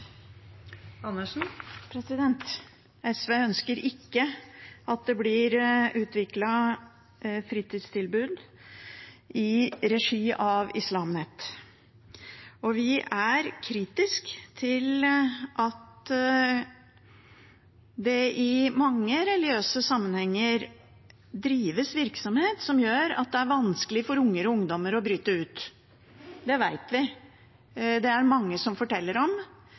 SV ønsker ikke at det blir utviklet fritidstilbud i regi av Islam Net, og vi er kritiske til at det i mange religiøse sammenhenger drives virksomhet som gjør at det er vanskelig for unger og ungdommer å bryte ut. Det vet vi, for det er det mange som forteller om,